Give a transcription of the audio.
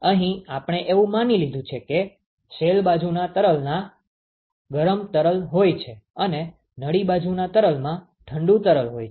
અહીં આપણે એવું માની લીધું છે કે શેલ બાજુના તરલમાં ગરમ તરલ હોય છે અને નળી બાજુના તરલમાં ઠંડુ તરલ હોય છે